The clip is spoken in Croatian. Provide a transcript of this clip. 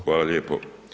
Hvala lijepo.